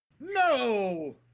No